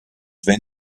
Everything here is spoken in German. wenn